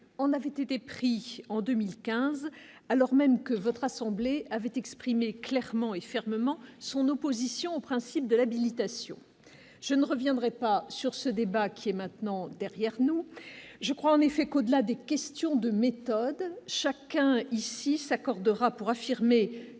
en avait été pris en 2015, alors même que votre assemblée avait exprimé clairement et fermement son opposition au principe de l'habilitation je ne reviendrai pas sur ce débat qui est maintenant derrière nous, je crois en effet qu'au-delà des questions de méthodes chacun ici s'accordera pour affirmer